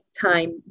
time